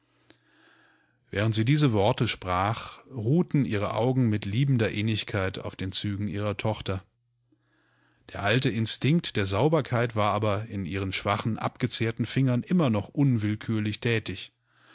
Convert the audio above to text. während sie diese worte sprach ruhten ihre augen mit liebender innigkeit auf den zügen ihrer tochter der alte instinkt der sauberkeit war aber in ihren schwachen abgezehrten fingern immer noch unwillkürlich tätig